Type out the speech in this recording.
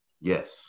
Yes